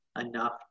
enough